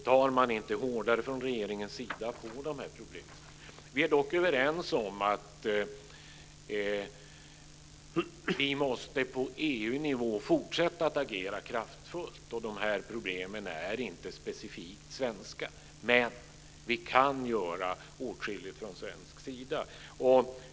Tar man inte från regeringens sida hårdare på de här problemen? Vi är dock överens om att vi på EU-nivå måste fortsätta att agera kraftfullt och att de här problemen inte är specifikt svenska. Men vi kan göra åtskilligt från svensk sida.